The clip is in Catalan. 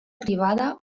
privada